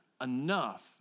enough